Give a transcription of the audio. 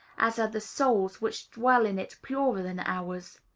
as are the souls which dwell in it purer than ours.